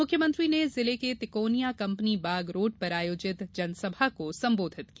मुख्यमंत्री ने जिले की तिकोनिया कंपनी बाग रोड पर आयोजित जनसभा को संबोधित किया